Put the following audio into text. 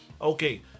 Okay